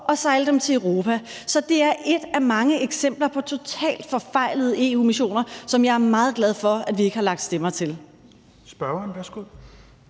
og sejle dem til Europa. Så det er et af mange eksempler på totalt forfejlede EU-missioner, som jeg er meget glad for at vi ikke har lagt stemmer til.